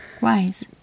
Wise